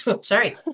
sorry